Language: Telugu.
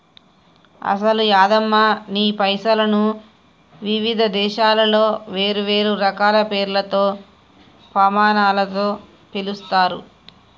అసలు యాదమ్మ నీ పైసలను వివిధ దేశాలలో వేరువేరు రకాల పేర్లతో పమానాలతో పిలుస్తారు